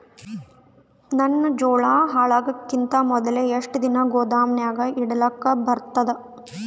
ನನ್ನ ಜೋಳಾ ಹಾಳಾಗದಕ್ಕಿಂತ ಮೊದಲೇ ಎಷ್ಟು ದಿನ ಗೊದಾಮನ್ಯಾಗ ಇಡಲಕ ಬರ್ತಾದ?